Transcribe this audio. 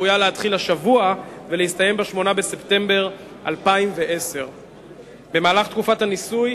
הצפויה להתחיל השבוע ולהסתיים ב-8 בספטמבר 2010. במהלך תקופת הניסוי